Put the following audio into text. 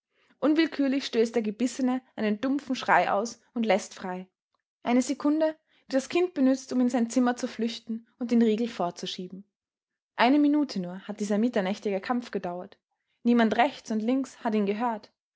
unwillkürlich stößt der gebissene einen dumpfen schrei aus und läßt frei eine sekunde die das kind benützt um in sein zimmer zu flüchten und den riegel vorzuschieben eine minute nur hat dieser mitternächtige kampf gedauert niemand rechts und links hat ihn gehört